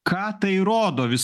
ką tai rodo vis